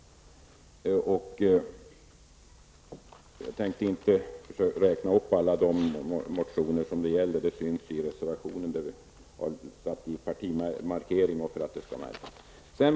Jag tänkte inte räkna upp alla motioner som det här gäller. Det syns i reservationen, där det finns partibeteckningar.